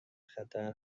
خطر